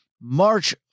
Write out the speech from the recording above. March